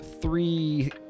three